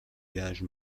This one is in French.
gage